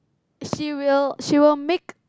she will she will make